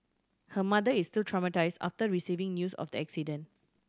her mother is still traumatise after receiving news of the accident